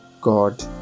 god